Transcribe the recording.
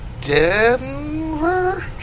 Denver